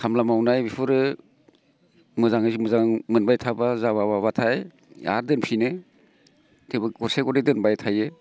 खामला मावनाय बेफोरो मोजाङै मोजां मोनबाय थाब्ला जाब्ला माबाथाय आर दोनफिनो थेवबो गरसे गरनै दोनबाय थायो